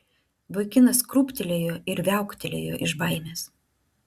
vaikinas krūptelėjo ir viauktelėjo iš baimės